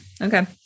Okay